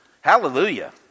Hallelujah